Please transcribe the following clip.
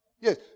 Yes